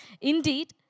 Indeed